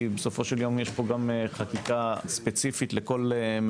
כי בסופו של דבר יש פה גם חקיקה שהיא יותר ספציפית לכל מדינה,